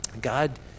God